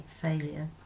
failure